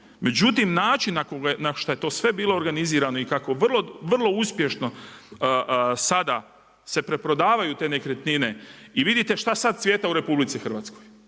međutim, način na šta je to sve bilo organizirano i kako vrlo uspješno sada se preprodavaju te nekretnine i vidite šta sad cvijeta u RH. Šta sad